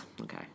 okay